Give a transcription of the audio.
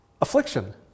affliction